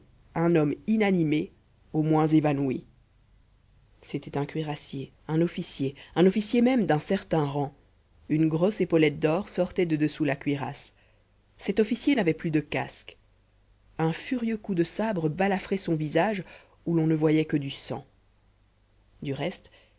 un homme inanimé au moins évanoui c'était un cuirassier un officier un officier même d'un certain rang une grosse épaulette d'or sortait de dessous la cuirasse cet officier n'avait plus de casque un furieux coup de sabre balafrait son visage où l'on ne voyait que du sang du reste